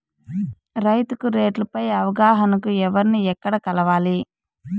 రైతుకు రేట్లు పై అవగాహనకు ఎవర్ని ఎక్కడ కలవాలి?